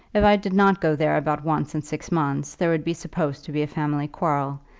if i did not go there about once in six months, there would be supposed to be a family quarrel,